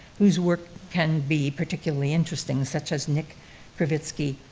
whose work can be particularly interesting, such as nik krevitsky,